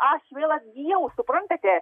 aš vėl atgijau suprantate